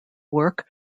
work